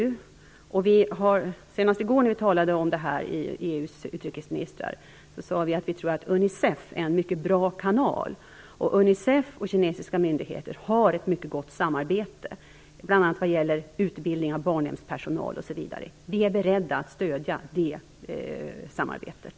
När EU:s utrikesministrar senast i går talade om detta sade vi att vi tror att Unicef är en mycket bra kanal. Unicef och de kinesiska myndigheterna har ett mycket gott samarbete, bl.a. när det gäller utbildning av barnhemspersonal osv. Vi är beredda att stödja det samarbetet.